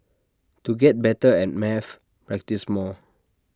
to get better at maths practise more